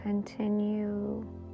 Continue